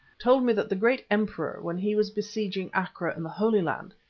told me that the great emperor when he was besieging acre in the holy land,